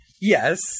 Yes